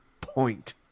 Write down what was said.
Point